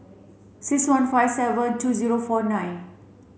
six one five seven two zero four nine